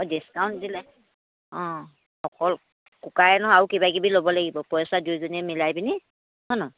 অ' discount দিলে অ' অকল কুকাৰে নহয় আৰু কিবা কিবি ল'ব লাগিব পইচা দুইজনীয়ে মিলাই পেনি হয় নহয়